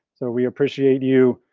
so we appreciate you,